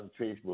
Facebook